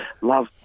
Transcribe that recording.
love